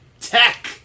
Tech